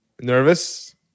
Nervous